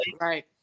right